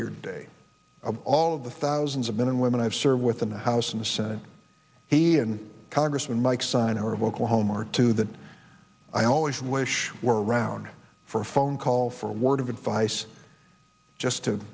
here today of all of the thousands of men and women i've served with in the house and the senate he and congressman mike sign or of oklahoma are two that i always wish were around for a phone call for word of advice just to